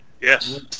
yes